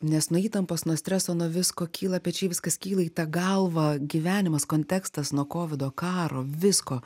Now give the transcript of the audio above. nes nuo įtampos nuo streso nuo visko kyla pečiai viskas kyla į tą galvą gyvenimas kontekstas nuo kovido karo visko